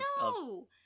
No